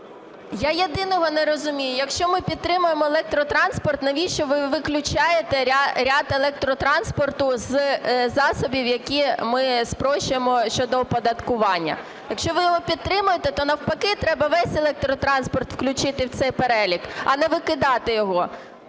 Я єдиного не розумію, якщо ми підтримуємо електротранспорт, навіщо ви виключаєте ряд електротранспорту з засобів, які ми спрощуємо щодо оподаткування? Якщо ви його підтримуєте, то, навпаки, треба весь електротранспорт включити в цей перелік, а не викидати його.